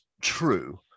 true